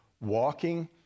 walking